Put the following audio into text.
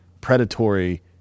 predatory